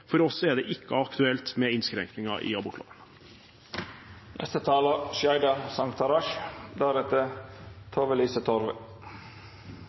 For oss er det ikke aktuelt med innskrenkninger i